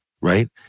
right